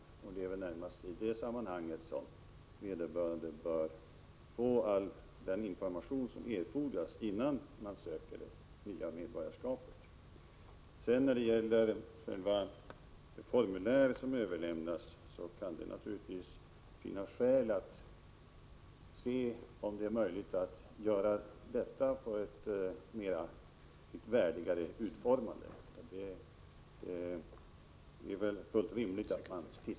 Det är närmast i det sammanhanget som vederbörande bör få all den information som erfordras innan man söker det nya medborgarskapet. När det gäller de formulär som överlämnas kan det naturligtvis finnas skäl att undersöka om det är möjligt att uforma dem på ett mera värdigt sätt. Det är väl rimligt.